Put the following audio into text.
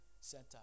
center